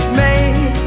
made